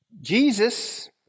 Jesus